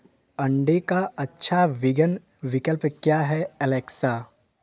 अंडे का अच्छा वीगन विकल्प क्या है एलेक्सा